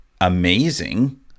amazing